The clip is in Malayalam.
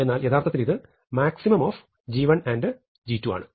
എന്നാൽ യഥാർത്ഥത്തിൽ ഇത് maxg1 g2 ആണ്